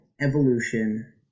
evolution